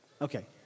okay